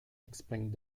exclaimed